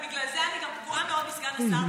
ובגלל זה אני גם פגועה מאוד מסגן השר,